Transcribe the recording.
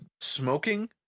smoking